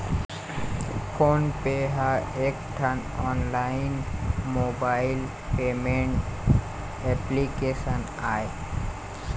phone पे ह एकठन ऑनलाइन मोबाइल पेमेंट एप्लीकेसन आय